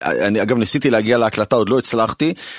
אני גם ניסיתי להגיע להקלטה, עוד לא הצלחתי.